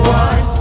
one